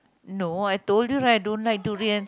no I told you right I don't like durians